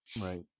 Right